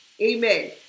Amen